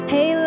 Hey